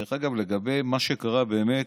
דרך אגב, לגבי מה שקרה באמת,